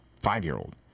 five-year-old